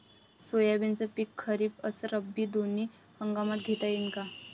सोयाबीनचं पिक खरीप अस रब्बी दोनी हंगामात घेता येईन का?